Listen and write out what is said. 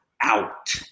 out